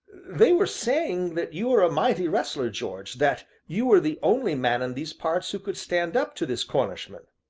they were saying that you were a mighty wrestler, george, that you were the only man in these parts who could stand up to this cornishman.